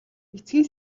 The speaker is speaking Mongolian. эцгийн